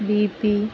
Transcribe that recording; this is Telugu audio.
బీపీ